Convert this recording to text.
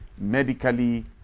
medically